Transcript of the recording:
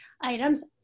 items